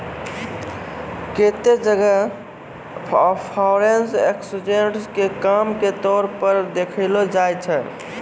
केत्तै जगह foreign exchange के काम के तौर पर देखलो जाय छै